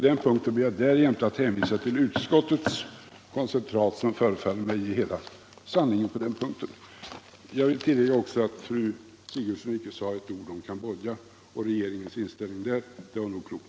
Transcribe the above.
Jag ber därjämte att få hänvisa till utskottets koncentrat, som förefaller mig ge hela sanningen på den punkten. Jag vill tillägga att fru Sigurdsen icke sade ett ord om Cambodja och regeringens inställning därvidlag. Det var nog klokt.